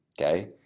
Okay